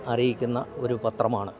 അറിയിക്കുന്ന ഒരു പത്രമാണ്